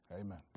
Amen